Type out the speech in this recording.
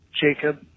Jacob